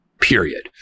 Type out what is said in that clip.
period